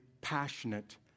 passionate